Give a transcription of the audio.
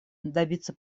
добиться